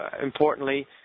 importantly